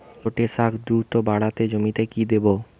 লটে শাখ দ্রুত বাড়াতে জমিতে কি দেবো?